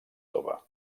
tova